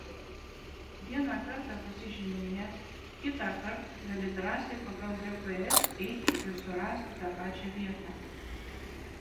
vieną kartą pasižymėjęs kitąkart gali drąsiai pagal gps eiti ir surasi tą pačią vietą